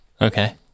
okay